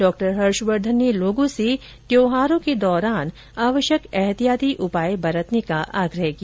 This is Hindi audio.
डॉक्टर हर्षवर्धन ने लोगों से त्यौहारों के दौरान आवश्यक ऐहतियाती उपाय बरतने का आग्रह किया